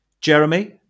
Jeremy